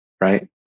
right